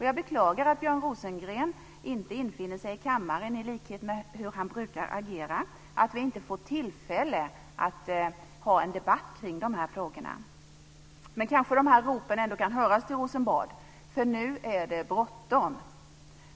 Jag beklagar att Björn Rosengren inte infinner sig i kammaren, i likhet med hur han brukar agera, och att vi inte får tillfälle att ha en debatt kring dessa frågor. Kanske kan dessa rop ändå höras till Rosenbad, för nu är det bråttom.